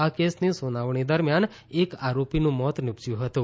આ કેસની સુનાવણી દરમિયાન એક આરોપીનું મોત નિપજયું હતું